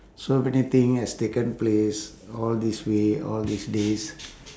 so many thing has taken place all this way all these days